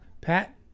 Pat